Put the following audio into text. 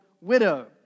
widow